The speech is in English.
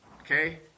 Okay